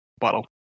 bottle